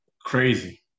Crazy